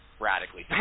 radically